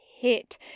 hit